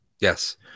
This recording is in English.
Yes